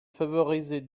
favoriser